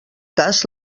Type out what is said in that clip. cas